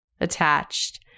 attached